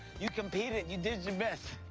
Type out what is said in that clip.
you competed, you did your best.